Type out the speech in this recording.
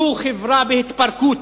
זו חברה בהתפרקות.